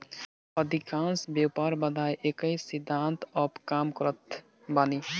अधिकांश व्यापार बाधाएँ एकही सिद्धांत पअ काम करत बानी